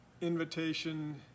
invitation